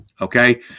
okay